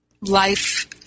life